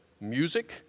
music